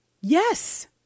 Yes